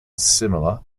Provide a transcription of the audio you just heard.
similar